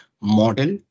model